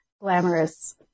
glamorous